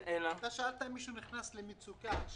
אלא אם מישהו נכנס למצוקה,